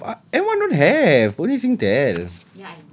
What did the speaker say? no lor M one don't have only singtel